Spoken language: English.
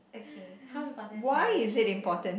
okay how important is marriage to you